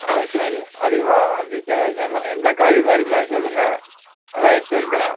ஆ சரி அதிகமாக வந்து செ எல்லாம் எந்த காய் வேணும்னாலும் சொல்லுங்க எல்லாம் எடுத்து வைக்கின்றேன்